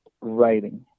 writing